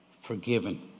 forgiven